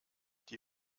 die